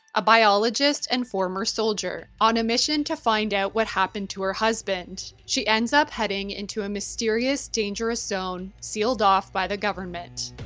a biologist and former soldier. on a mission to find out what happened to her husband, she ends up heading into a mysterious, dangerous zone sealed off by the government.